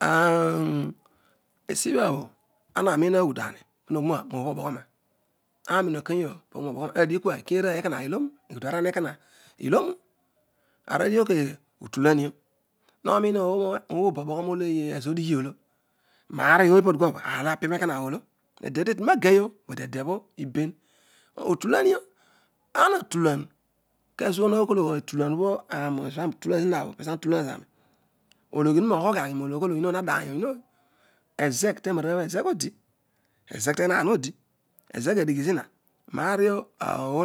Aạuuh esioha bho erna nin oghuduari a- a ghool oboghona, ana nũ okeyaar noghol oboghoroa hadighi kua ikeyarooy ekonaghuduarani ekona nonu aarobho adighiobho keghe etulan oolo parooy opbho dikeablo aar olo apronaar oolo, edetetuna yey oh but edebho ibeh utuladio, ana atulein ezo ho kool etulah obho ani ezobho ani utula zina kezo bho ena utulan zani ologhiohuna ooyhany oh ruolo onyii ọoy tadeiny zina ezegh adighi znia naaio ooh obho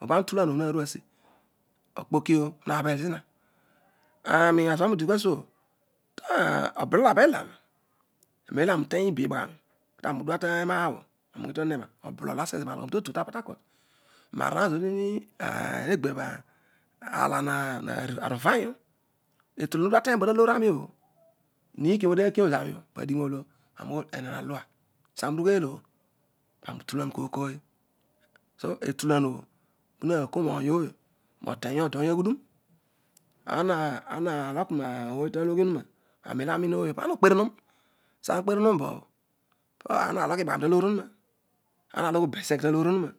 ana utulan obho naduasi okpoko nabhe zina aen, odisuobho, obolol ablel zami, anenolo ani teny obi baghani arol udua terou obhobho an. ughi thọn ena. So bolol abhel zanin aloyh totu taport neveourt. ana rol kezobho eghebh alaa hu vanyu etiuan obho odi ateny bo ta looranwbho na huki obho odi akio zane obho kamii ughol alua. sani urughel obho kani utulan kooytooy, so etulan obho pu na kooy noteny oodooi eeyhuduoo, ana loki no rooy taloghi onu na nen ana unin ooy pana okpere hen sana ukperenun bobho pana. hogh iibaghami talooy onuna. ana loyh obezegh talooy onuroa,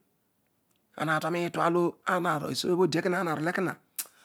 pana natua nitua olo esiolo ooy obho odi ana rol ekona.